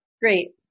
great